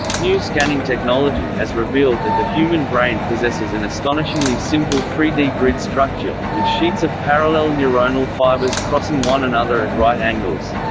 new scanning technology has revealed that the human brain possesses an astonishingly simple three d grid structure, with sheets of parallel neuronal fibers crossing one another at right angles.